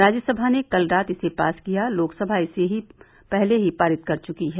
राज्यसभा ने कल रात इसे पास किया लोकसभा इसे पहले ही पारित कर चुकी है